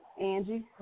Angie